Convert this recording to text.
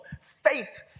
faith